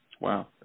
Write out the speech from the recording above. Wow